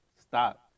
Stop